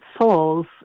souls